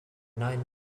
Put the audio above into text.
nine